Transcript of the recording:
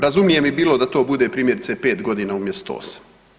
Razumijem i bilo da to bude primjerice pet godina umjesto osam.